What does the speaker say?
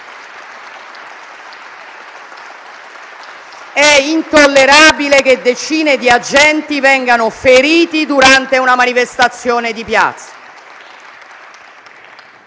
È intollerabile che decine di agenti vengano feriti durante una manifestazione di piazza.